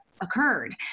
occurred